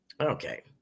Okay